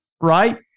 right